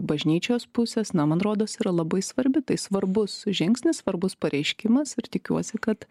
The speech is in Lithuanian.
bažnyčios pusės na man rodos yra labai svarbi tai svarbus žingsnis svarbus pareiškimas ir tikiuosi kad